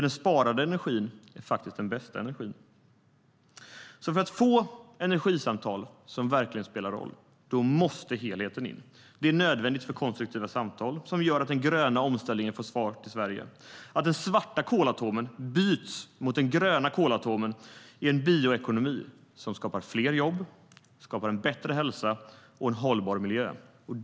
Den sparade energin är den bästa energin. För att få energisamtal som verkligen spelar roll måste helheten in. Det är nödvändigt för konstruktiva samtal som gör att den gröna omställningen får fart i Sverige. Det handlar om att den svarta kolatomen byts mot den gröna kolatomen i en bioekonomi som skapar fler jobb, en bättre hälsa och hållbar miljö.